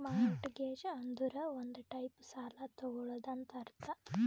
mortgage ಅಂದುರ್ ಒಂದ್ type ಸಾಲ ತಗೊಳದಂತ್ ಅರ್ಥ